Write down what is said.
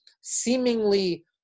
seemingly